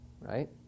right